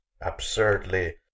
absurdly